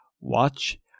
Watch